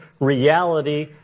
reality